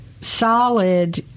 solid